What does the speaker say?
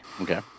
Okay